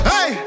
Hey